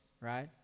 right